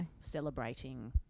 celebrating